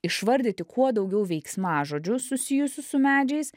išvardyti kuo daugiau veiksmažodžių susijusių su medžiais